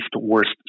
worst